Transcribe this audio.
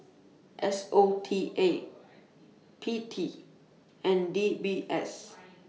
S O T A P T and D B S